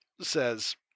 says